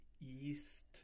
east